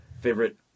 favorite